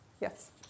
Yes